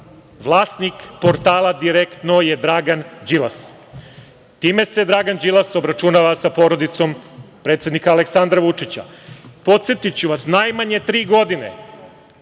Vlasnik portala Direktno je Dragan Đilas. Time se Dragan Đilas obračunava sa porodicom predsednika Aleksandra Vučića. Podsetiću vas, najmanje tri godine